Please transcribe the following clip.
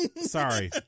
Sorry